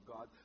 God